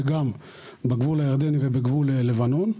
וגם בגבול הירדני ובגבול לבנון.